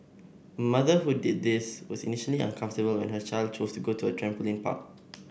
a mother who did this was initially uncomfortable when her child chose to go to a trampoline park